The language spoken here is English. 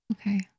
Okay